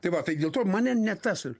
tai va tai dėl to mane ne tas ir